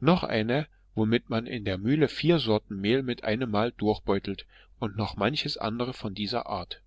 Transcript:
noch eine womit man in der mühle vier sorten mehl mit einem mal durchbeutelt und noch manches andere von dieser art